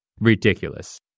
ridiculous